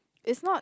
is not